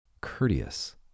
courteous